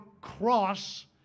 cross